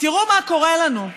תראו מה קורה לנו.